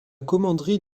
commanderie